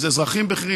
אזרחים בכירים.